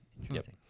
Interesting